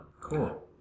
Cool